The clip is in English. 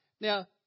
Now